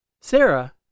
sarah